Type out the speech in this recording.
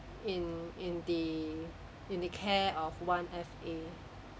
in in the in the care of one F_A